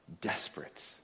desperate